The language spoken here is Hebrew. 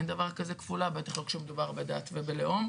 אין דבר כזה כפולה, בטח לא כשמדובר בדת ובלאום.